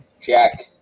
Jack